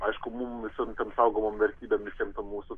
aišku mum visom tom apsaugomom vertybėm tiem tie mūsų